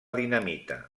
dinamita